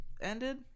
ended